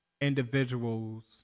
individuals